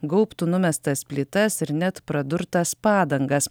gaubtų numestas plytas ir net pradurtas padangas